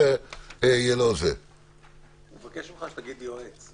אני מבקש ממך שתגיד יועץ.